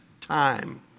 time